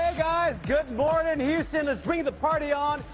guys, good morning, houston. let's bring the party on.